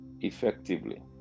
effectively